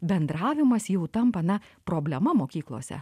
bendravimas jau tampa na problema mokyklose